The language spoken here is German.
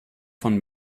von